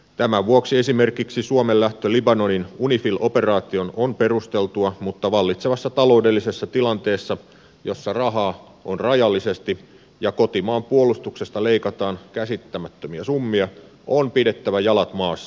tämän vuoksi esimerkiksi suomen lähtö libanonin unifil operaatioon on perusteltua mutta vallitsevassa taloudellisessa tilanteessa jossa rahaa on rajallisesti ja kotimaan puolustuksesta leikataan käsittämättömiä summia on pidettävä jalat maassa